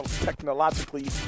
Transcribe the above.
technologically